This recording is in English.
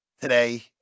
today